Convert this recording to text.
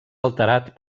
alterat